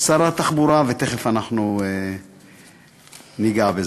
שר התחבורה, ותכף אנחנו ניגע בזה.